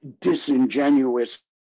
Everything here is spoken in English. Disingenuous